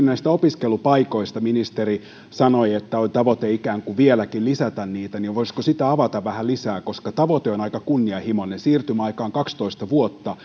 näistä opiskelupaikoista ministeri sanoi että on tavoite vieläkin lisätä niitä voisiko sitä avata vähän lisää koska tavoite on aika kunnianhimoinen siirtymäaika on kaksitoista vuotta